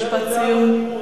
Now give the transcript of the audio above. משפט סיום.